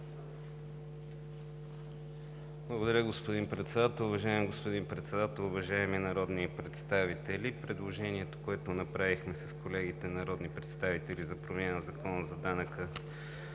Уважаеми господин Председател, уважаеми народни представители! Предложението, което направихме с колегите народни представители за промяна в Закона за данъка